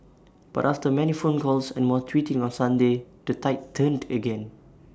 but after many phone calls and more tweeting on Sunday the tide turned again